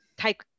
take